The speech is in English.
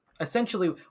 essentially